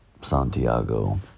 Santiago